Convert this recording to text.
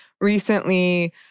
recently